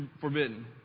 forbidden